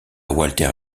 walter